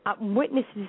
witnesses